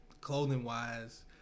clothing-wise